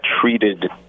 treated